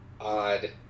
odd